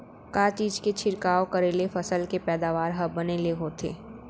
का चीज के छिड़काव करें ले फसल के पैदावार ह बने ले होथे?